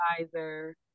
advisor